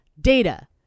Data